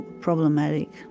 problematic